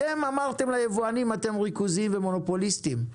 אתם אמרתם ליבואנים אתם ריכוזיים ומונופוליסטים,